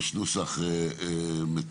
יש נוסח מתוקן.